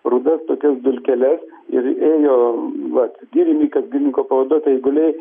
rudas tokias dulkeles ir ėjo vat girininkas girininko pavaduotojai eiguliai